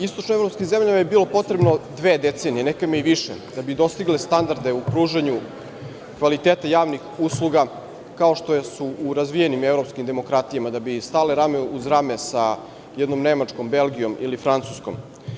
Istočno-evropskim zemljama je bilo potrebno dve decenije, nekima i više, da bi dostigle standarde u pružanju kvaliteta javnih usluga, kao što su u razvijenim evropskim demokratijama, da bi stale rame uz rame sa jednom Nemačkom, Belgijom ili Francuskom.